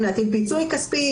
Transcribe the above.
פיצוי כספי,